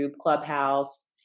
Clubhouse